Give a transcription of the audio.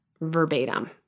verbatim